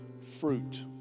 fruit